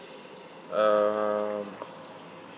um